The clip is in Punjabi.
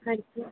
ਹਾਂਜੀ